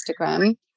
Instagram